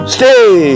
Stay